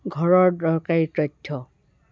ঘৰৰ দৰকাৰী তথ্য